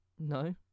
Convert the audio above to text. No